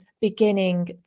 beginning